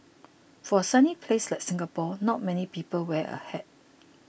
for a sunny place like Singapore not many people wear a hat